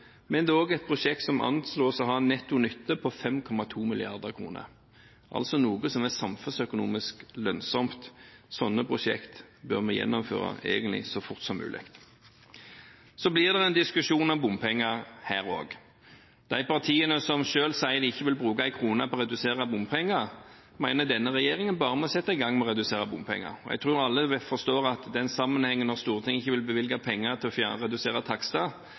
men det er også et prosjekt som anslås å ha en netto nytte på 5,2 mrd. kr, altså noe som er samfunnsøkonomisk lønnsomt. Sånne prosjekter bør vi egentlig gjennomføre så fort som mulig. Så blir det en diskusjon om bompenger her også. De partiene som selv sier de ikke vil bruke en krone på å redusere bompenger, mener denne regjeringen bare må sette i gang med å redusere bompenger. Jeg tror alle forstår at det er en sammenheng her: Når Stortinget ikke vil bevilge penger til å redusere takster,